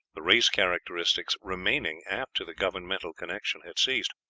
the race characteristics remaining after the governmental connection had ceased.